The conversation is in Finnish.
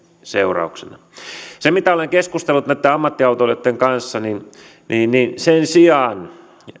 seurauksena mitä olen keskustellut ammattiautoilijoitten kanssa niin niin sen sijaan